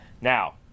Now